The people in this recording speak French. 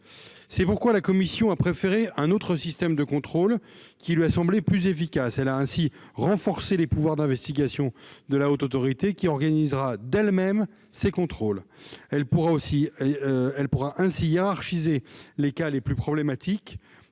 erronée. La commission a préféré un autre système de contrôle, qui lui a semblé plus efficace : elle a renforcé les pouvoirs d'investigation de la Haute Autorité, qui organisera elle-même ses contrôles. Elle pourra ainsi hiérarchiser les cas les plus problématiques,